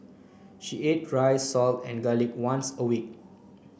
she ate rice salt and garlic once a week